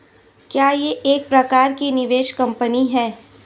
क्या यह एक प्रकार की निवेश कंपनी है?